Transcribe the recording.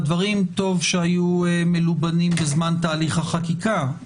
טוב שהדברים היו מלובנים בזמן תהליך החקיקה,